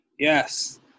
Yes